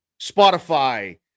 Spotify